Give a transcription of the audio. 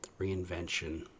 reinvention